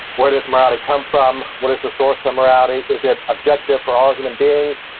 where does morality come from? what is the source of morality? is it objective for all human beings,